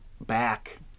back